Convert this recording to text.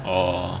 orh